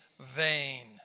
Vain